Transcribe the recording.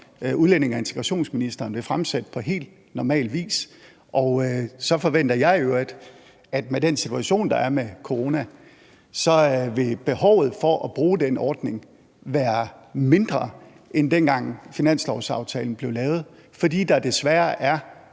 udlændinge- og integrationsministeren vil fremsætte på helt normal vis. Og så forventer jeg i øvrigt, at coronasituationen vil betyde, at behovet for at bruge den ordning vil være mindre, end dengang finanslovsaftalen blev lavet, fordi der desværre er